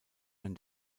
man